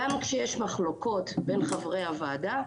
גם כשיש מחלוקות בין חברי הוועדה,